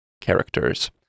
characters